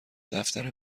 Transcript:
دفتر